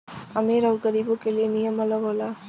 अमीर अउर गरीबो के लिए नियम अलग होला